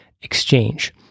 exchange